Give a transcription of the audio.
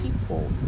people